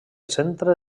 centre